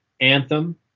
Anthem